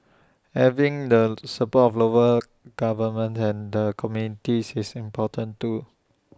having the support of local governments and the communities is important too